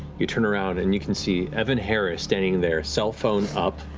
you turn around and you can see evan harris standing there, cell phone up,